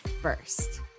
first